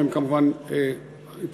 והן כמובן תעבורנה,